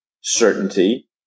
certainty